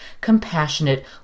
compassionate